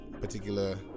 particular